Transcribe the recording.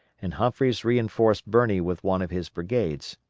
and humphreys reinforced birney with one of his brigades,